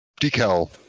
Decal